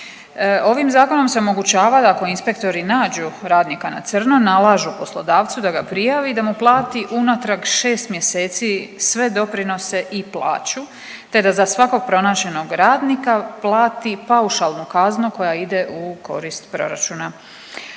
Ovim zakonom se omogućava da ako inspektori nađu radnika na crno, nalažu poslodavcu da ga prijavi i da mu plati unatrag 6 mjeseci sve doprinose i plaću, te da za svakog pronađenog radnika plati paušalnu kaznu koja ide u korist proračuna.